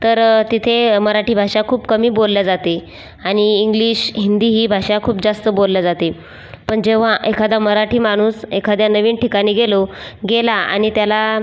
तरं तिथे मराठी भाषा खूप कमी बोलल्या जाते आनि इंग्लिश हिंदी ही भाषा खूप जास्त बोलल्या जाते पन जेव्हा एखादा मराठी मानूस एखाद्या नवीन ठिकानी गेलो गेला आनि त्याला